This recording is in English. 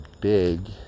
big